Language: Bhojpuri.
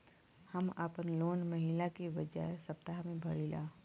हम आपन लोन महिना के बजाय सप्ताह में भरीला